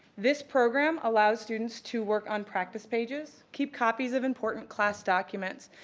this program allows students to work on practice pages, keep copies of important class documents,